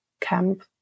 camp